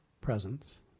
presence